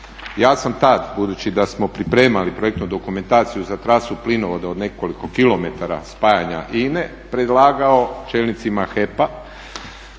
Ja sam tada, budući da smo pripremali projektnu dokumentaciju za trasu plinovoda od nekoliko kilometara spajanja INA-e predlagao čelnicima HEP-a